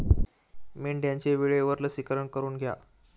मेंढ्यांचे वेळेवर लसीकरण करून घ्या